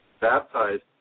baptized